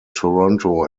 toronto